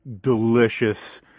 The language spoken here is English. delicious